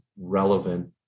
relevant